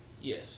Yes